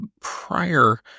prior